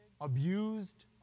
abused